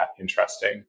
interesting